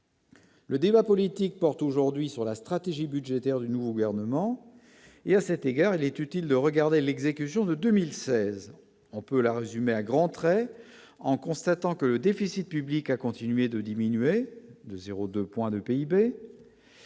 Le débat politique porte aujourd'hui sur la stratégie budgétaire du nouveau gouvernement et à cet égard, il est utile de regarder l'exécution de 2016, on peut la résumer à grands traits, en constatant que le déficit public a continué de diminuer de 0 2 point de PIB.